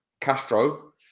Castro